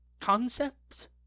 concepts